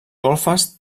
golfes